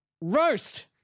roast